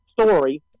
story